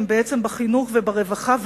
הם בעצם בחינוך וברווחה,